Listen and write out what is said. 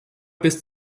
bis